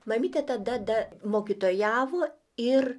mamytė tada mokytojavo ir